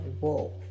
wolf